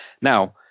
Now